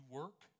work